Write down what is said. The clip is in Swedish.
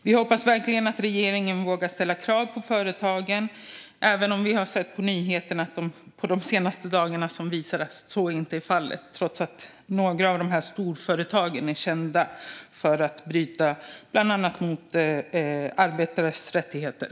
Vi hoppas verkligen att regeringen vågar ställa krav på företagen, även om vi de senaste dagarna har sett nyheter som visar att så inte är fallet - detta trots att några av dessa storföretag är kända för att bryta bland annat mot arbetares rättigheter.